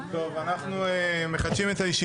אושר פה אחד.